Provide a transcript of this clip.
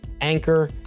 Anchor